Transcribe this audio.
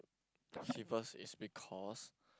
keep first is because